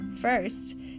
first